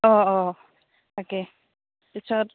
অঁ অঁ তাকে পিছত